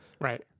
right